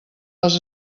les